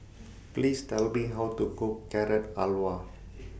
Please Tell Me How to Cook Carrot Halwa